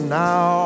now